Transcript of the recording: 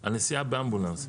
על נסיעה באמבולנס.